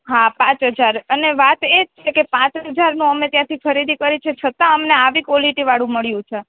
હા પાંચ હજાર અને વાત એ જ છે કે પાંચ હજારનો અમે ત્યાંથી અમે ખરીદી કરી છે છતાં અમને આવી ક્વોલીટી વાળું મળ્યું છે